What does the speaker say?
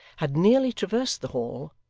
had nearly traversed the hall,